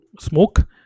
smoke